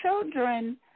children